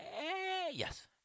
Yes